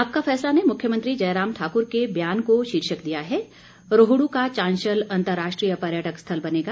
आपका फैसला ने मुख्यमंत्री जयराम ठाक्र के बयान को शीर्षक दिया है रोहड् का चांशल अंतर्राष्ट्रीय पर्यटक स्थल बनेगा